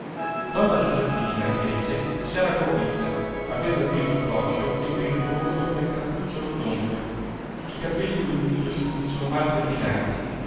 donna giuseppina invece s'era aggobbita aveva il viso floscio e grinzoso nel cappuccio rotondo i capelli di un grigio sudicio mal pettinati